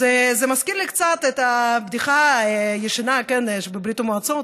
זה קצת מזכיר לי בדיחה ישנה מברית המועצות,